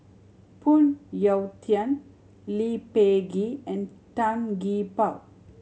Phoon Yew Tien Lee Peh Gee and Tan Gee Paw